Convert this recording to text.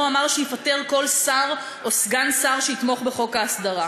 אמר שיפטר כל שר או סגן שר שיתמוך בחוק ההסדרה.